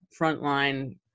frontline